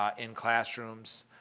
um in classrooms,